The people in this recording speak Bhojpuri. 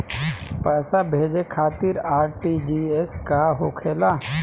पैसा भेजे खातिर आर.टी.जी.एस का होखेला?